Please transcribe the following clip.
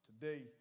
today